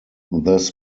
this